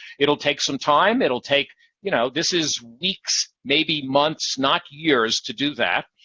it'll take some time, it'll take you know, this is weeks, maybe months, not years, to do that.